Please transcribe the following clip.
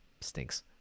Stinks